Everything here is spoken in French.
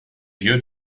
vieux